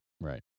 right